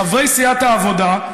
חברי סיעת העבודה,